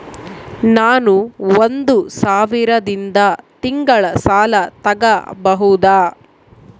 ನಾನು ಒಂದು ಸಾವಿರದಿಂದ ತಿಂಗಳ ಸಾಲ ತಗಬಹುದಾ?